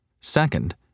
Second